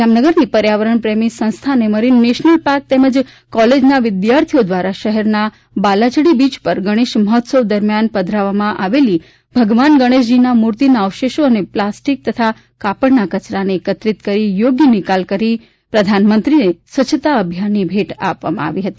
જામનગરની પર્યાવરણ પ્રેમી સંસ્થા અને મરીન નેશનલ પાર્ક તેમજ કોલેજ ના વિધ્યાર્થીઓ દ્વારા શહેર ના બાલાચડી બીચ પર ગણેશ મહોત્સવ દરમિયાન પધરાવમાં આવેલી ભગવાન ગણેશજી ના મૂર્તિના અવશેષો અને પ્લાસ્ટિક તથા કાપડ ના કચરા ને એકત્રિત કરી યોગ્ય નિકાલ કરી પ્રધાનમંત્રીને સ્વચ્છ અભિયાન ની ભેટ આપવામાં આવી હતી